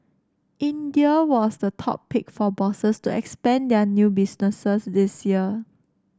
India was the top pick for bosses to expand their new businesses this year